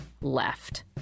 left